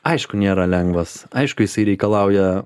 aišku nėra lengvas aišku jisai reikalauja